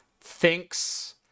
thinks